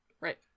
right